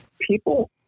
People